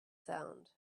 sound